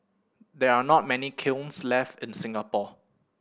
there are not many kilns left in Singapore